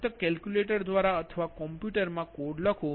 ફક્ત કેલ્ક્યુલેટર દ્વારા અથવા કોમ્પ્યુટરમાં કોડ લખો